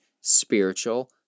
spiritual